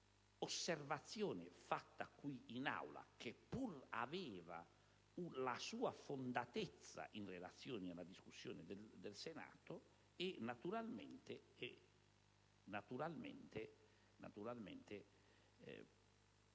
un'osservazione fatta qui in Aula, che pur aveva la sua fondatezza in relazione alla discussione del Senato, non poteva